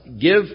give